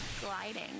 Gliding